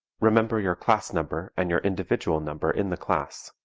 remember your class number and your individual number in the class.